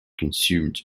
consumed